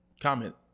comment